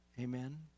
Amen